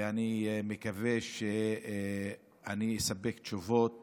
ואני מקווה שאני אספק תשובות